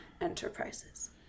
Enterprises